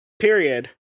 Period